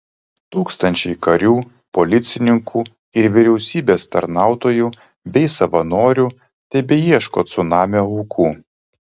tūkstančiai karių policininkų ir vyriausybės tarnautojų bei savanorių tebeieško cunamio aukų